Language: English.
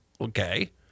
Okay